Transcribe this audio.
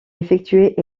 effectuer